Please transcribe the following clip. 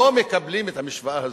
לא מקבלים את המשוואה הזאת.